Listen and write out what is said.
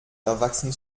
erwachsen